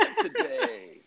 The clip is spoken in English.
today